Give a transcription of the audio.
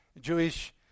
Jewish